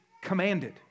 commanded